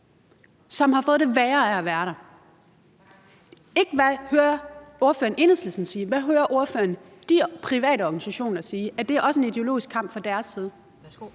Konservative så – ikke, hvad hører ordføreren Enhedslisten sige, men hvad hører ordføreren de private organisationer sige? Er det også en ideologisk kamp fra deres side?